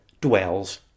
dwells